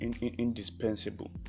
indispensable